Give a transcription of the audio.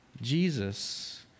Jesus